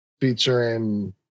featuring